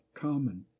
common